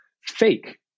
fake